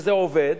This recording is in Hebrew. וזה עובד,